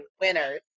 winners